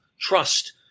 trust